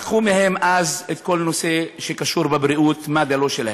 לקחו מהם אז את כל הנושא שקשור לבריאות: מד"א לא שלהם,